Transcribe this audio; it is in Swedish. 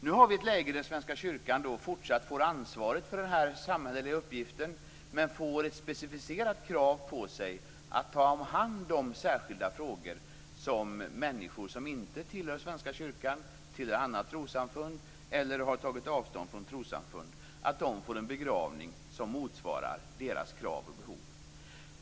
Nu har vi ett läge där Svenska kyrkan fortsatt får ansvaret för denna samhälleliga uppgift men får ett specificerat krav på sig att ta hand om de särskilda frågor som gäller människor som inte tillhör Svenska kyrkan utan tillhör andra trossamfund eller som har tagit avstånd från trossamfund och ser till att dessa människor får en begravning som motsvarar deras krav och behov.